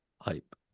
hype